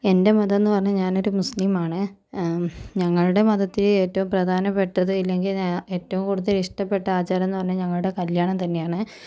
എൻ്റെ മതം എന്ന് പറഞ്ഞാൽ ഞാനോരു മുസ്ലിമാണ് ഞങ്ങളുടെ മതത്തിലെ ഏറ്റവും പ്രധാനപ്പെട്ടത് ഇല്ലെങ്കിൽ ഏറ്റവും കൂടുതൽ ഇഷ്ടപ്പെട്ട ആചാരം എന്ന് പറഞ്ഞാൽ ഞങ്ങളുടെ കല്യാണം തന്നെയാണ്